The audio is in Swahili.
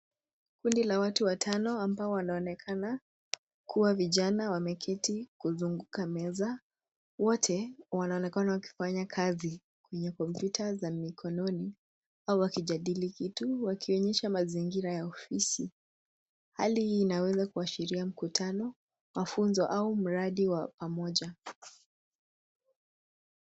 Kandi la watu watano ambao wanaonekana kuwa vijana wameketi kuzunguka meza , wote wanaonekana wakifanya kazi kwenye kompyuta za mikononi au wakijadili kitu wakionyesha mazingira ya ofisi. Hali hii inaweza kuashiria mkutano, mafunzo au mradi wa pamoja.